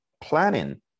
Planning